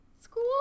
school